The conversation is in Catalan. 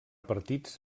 partits